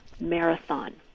marathon